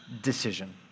decision